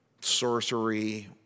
Sorcery